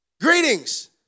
Greetings